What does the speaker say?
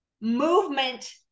movement